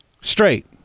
Straight